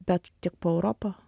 bet tiek po europą